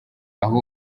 aho